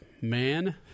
man